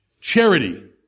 charity